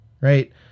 right